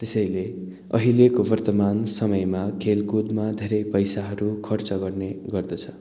त्यसैले अहिलेको वर्तमान समयमा खेलकुदमा धेरै पैसाहरू खर्च गर्ने गर्दछ